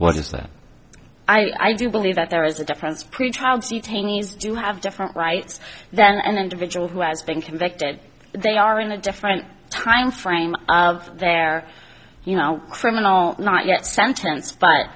that i do believe that there is a difference prove child cetane needs to have different rights than an individual who has been convicted they are in a different time frame of their you know criminal not yet sentence but